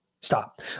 stop